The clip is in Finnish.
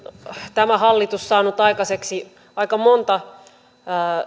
tämä hallitus saanut aikaiseksi aika monta